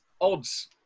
odds